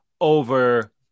over